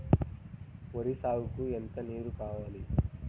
వరి సాగుకు ఎంత నీరు కావాలి?